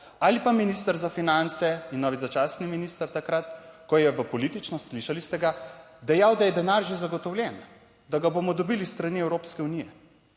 Ali pa minister za finance in novi začasni minister takrat, ko je v politično slišali, ste ga dejal, da je denar že zagotovljen, da ga bomo dobili s strani Evropske unije